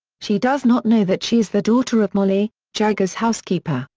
she does not know that she is the daughter of molly, jaggers' housekeeper,